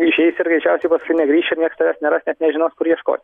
išeisi ir greičiausiai paskui negrįši ir nieks tavęs neras net nežinos kur ieškot